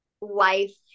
life